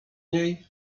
niej